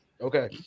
Okay